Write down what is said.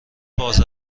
باز